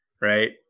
right